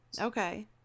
Okay